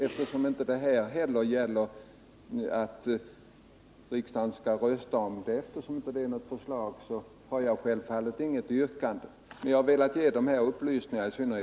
Eftersom riksdagen inte heller i det fallet skall rösta om förslaget, har jag självfallet inget yrkande.